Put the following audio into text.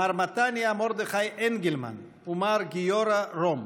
מר מתניהו מרדכי אנגלמן ומר גיורא רום.